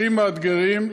הכי מאתגרים,